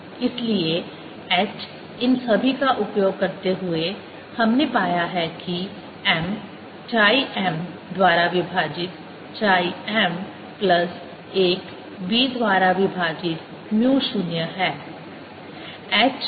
इसलिए h इन सभी का उपयोग करते हुए हमने पाया है कि m chi m द्वारा विभाजित chi m प्लस 1 b द्वारा विभाजित म्यू 0 है